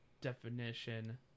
definition